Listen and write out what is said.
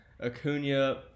Acuna